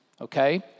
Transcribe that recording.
okay